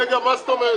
רגע, מה זאת אומרת?